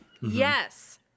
Yes